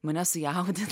mane sujaudino